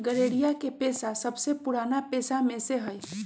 गरेड़िया के पेशा सबसे पुरान पेशा में से हई